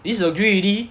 disagree already